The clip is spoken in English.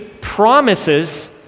promises